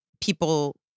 people